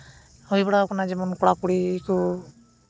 ᱦᱩᱭ ᱵᱟᱲᱟᱣ ᱠᱟᱱᱟ ᱡᱮᱢᱚᱱ ᱠᱚᱲᱟᱼᱠᱩᱲᱤ ᱠᱚ